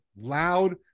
loud